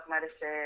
medicine